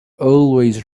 always